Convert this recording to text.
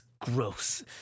gross